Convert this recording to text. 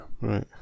Right